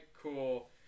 cool